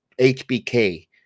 HBK